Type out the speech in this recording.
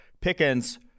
pickens